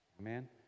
Amen